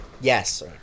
Yes